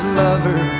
lover